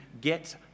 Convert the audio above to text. get